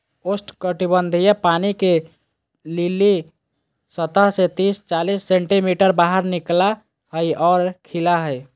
उष्णकटिबंधीय पानी के लिली सतह से तिस चालीस सेंटीमीटर बाहर निकला हइ और खिला हइ